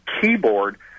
keyboard